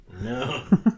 no